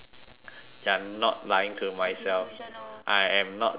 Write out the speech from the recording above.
you're not lying to myself I am not delusional